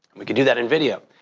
we can do that in video.